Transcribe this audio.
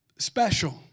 special